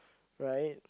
right